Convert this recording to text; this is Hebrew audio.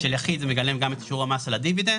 של יחיד, זה מגלם גם את שיעור המס על הדיבידנד.